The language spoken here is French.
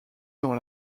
dans